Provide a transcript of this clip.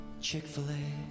Chick-fil-A